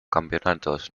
campeonatos